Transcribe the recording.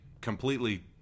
completely